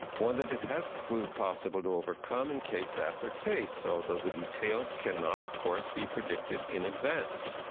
one, that it has proved possible to overcome in case after case, so though the details cannot, of course, be predicted in advance.